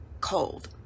cold